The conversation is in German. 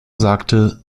sagte